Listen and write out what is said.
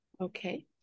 Okay